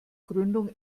gründung